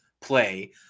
play